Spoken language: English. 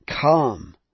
come